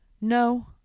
No